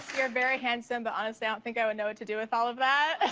you're very handsome, but, honestly, i don't think i would know what to do with all of that.